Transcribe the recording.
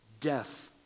death